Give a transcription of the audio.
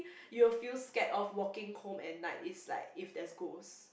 you will feel scared of walking home at night is like if there's ghost